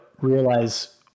realize